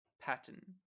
pattern